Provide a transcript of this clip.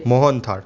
Mohan Thal